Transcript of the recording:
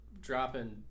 dropping